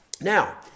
now